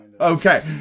Okay